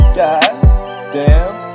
goddamn